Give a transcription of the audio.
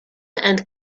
and